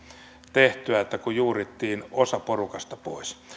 tehtyä kun juurittiin osa porukasta pois